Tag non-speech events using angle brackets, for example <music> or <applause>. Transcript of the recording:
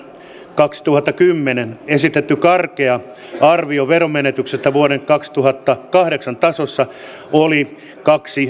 kaksituhattakymmenen esitetty karkea arvio veromenetyksistä vuoden kaksituhattakahdeksan tasossa oli kaksi <unintelligible>